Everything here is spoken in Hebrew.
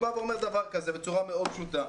הוא בא ואומר דבר כזה בצורה מאוד פשוטה: